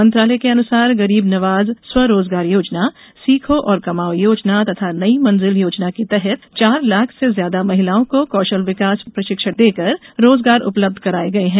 मंत्रालय के अनुसार गरीब नवाज स्वरोजगार योजना सीखो और कमाओ योजना तथा नई मंजिल योजना के तहत चार लाख से ज्यादा महिलाओं को कौशल विकास प्रशिक्षण देकर रोजगार उपलब्ध कराये गये हैं